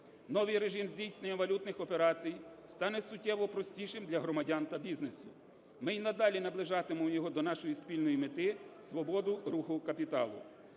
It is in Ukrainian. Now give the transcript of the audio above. Новій режим здійснення валютних операцій стане суттєво простішим для громадян та бізнесу. Ми й надалі наближатимемо його до нашої спільної мети – свободи руху капіталу.